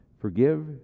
forgive